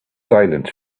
silent